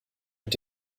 mit